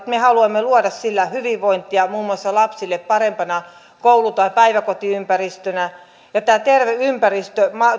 me sosialidemokraatit haluamme luoda sillä hyvinvointia muun muassa lapsille parempana koulu tai päiväkotiympäristönä tämä terve ympäristö